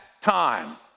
time